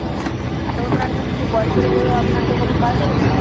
ও আর অন্যান্য কিছু গল্পের বইও আপনার দোকানে পাওয়া যাবে তো